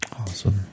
Awesome